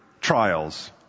trials